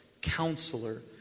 counselor